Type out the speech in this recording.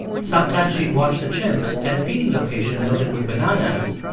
sometimes she'd watch the chimps at a feeding location loaded with bananas,